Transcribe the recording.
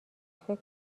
فکر